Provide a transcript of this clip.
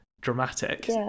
dramatic